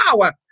power